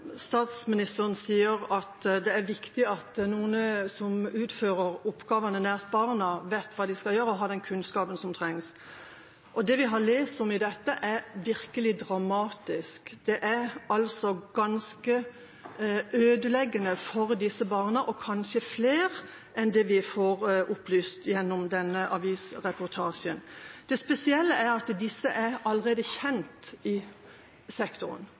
viktig at de som utfører oppgavene nær barna, vet hva de skal gjøre, og har den kunnskapen som trengs. Det vi har lest om dette, er virkelig dramatisk. Det er ganske ødeleggende for disse barna, og kanskje er det flere enn dem vi blir opplyst om gjennom denne avisreportasjen. Det spesielle er at disse er allerede kjent i sektoren.